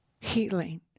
healing